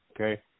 okay